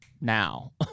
now